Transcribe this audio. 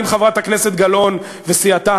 אם חברת הכנסת גלאון וסיעתה,